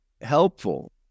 helpful